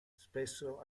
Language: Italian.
spesso